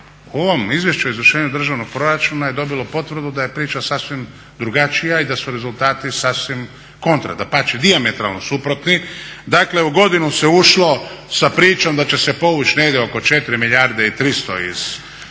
u ovom izvješću o izvršenju državnog proračuna je dobilo potvrdu da je priča sasvim drugačija i da su rezultati sasvim kontra, dapače dijametralno suprotni. Dakle u godinu se ušlo sa pričom da će se povući negdje oko 4 milijarde i 300 iz EU